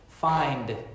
find